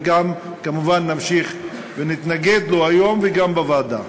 וכמובן נמשיך ונתנגד לו היום וגם בוועדה.